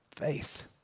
Faith